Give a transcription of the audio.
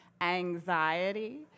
anxiety